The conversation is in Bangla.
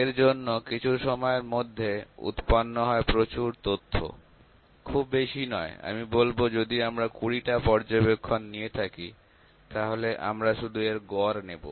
এর জন্য কিছু সময়ের মধ্যে উৎপন্ন হয় প্রচুর তথ্য খুব বেশি নয় আমি বলবো যদি আমরা ২০টা পর্যবেক্ষণ নিয়ে থাকি তাহলে আমরা শুধু এর গড় নেব